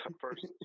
first